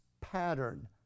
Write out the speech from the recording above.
pattern